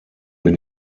bin